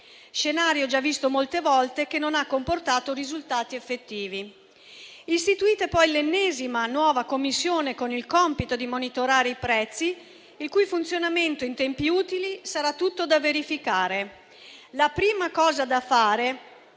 scenario già visto molte volte, che non ha comportato risultati effettivi. Istituite poi l'ennesima nuova commissione con il compito di monitorare i prezzi, il cui funzionamento in tempi utili sarà tutto da verificare. La prima cosa da fare